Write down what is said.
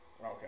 Okay